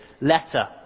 letter